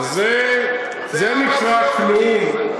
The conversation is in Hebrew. זה לא, זה נקרא כלום?